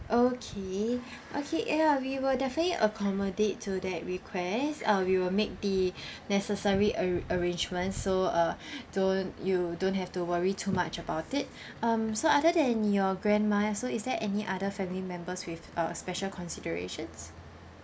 okay okay ya we will definitely accommodate to that requests uh we will make the necessary arr~ arrangements so uh don't you don't have to worry too much about it um so other than your grandma so is there any other family members with uh special considerations